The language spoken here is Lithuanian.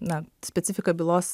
na specifika bylos